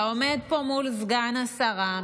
אתה עומד פה מול סגן השרה,